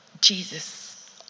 Jesus